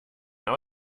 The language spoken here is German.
aber